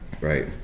Right